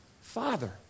Father